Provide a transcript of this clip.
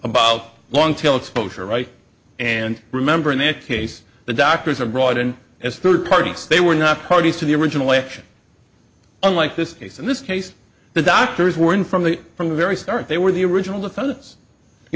about long tail exposure right and remember in that case the doctors were brought in as third parties they were not parties to the original action unlike this case in this case the doctors were in from the from the very start they were the original the focus you